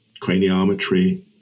craniometry